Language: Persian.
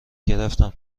گرفتم